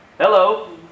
hello